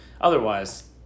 Otherwise